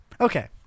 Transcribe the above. Okay